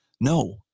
No